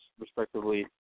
respectively